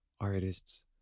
artists